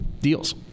deals